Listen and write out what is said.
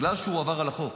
בגלל שהוא עבר על החוק.